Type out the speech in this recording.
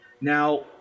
Now